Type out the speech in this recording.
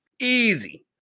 Easy